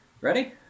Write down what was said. Ready